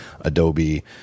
Adobe